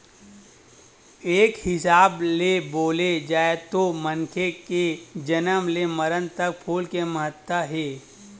एक हिसाब ले बोले जाए तो मनखे के जनम ले मरन तक फूल के महत्ता हे